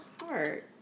heart